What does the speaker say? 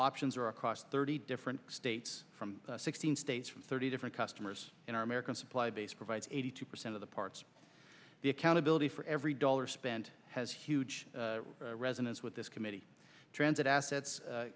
options are across thirty different states from sixteen states from thirty different customers in our american supply base provides eighty two percent of the parts the accountability for every dollar spent has huge resonance with this committee transit assets